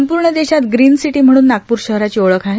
संपूर्ण देशात green city म्हणून नागपूर शहराची ओळख आहे